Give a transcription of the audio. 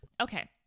okay